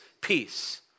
peace